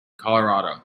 colorado